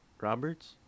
Roberts